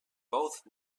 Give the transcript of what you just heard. both